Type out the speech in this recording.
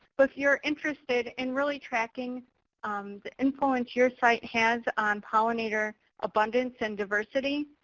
but if you're interested in really tracking the influence your site has on pollinator abundance and diversity,